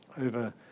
over